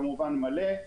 כמובן מלא.